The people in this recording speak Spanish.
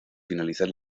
finalizar